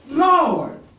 Lord